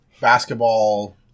basketball